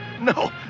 No